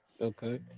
Okay